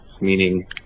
Meaning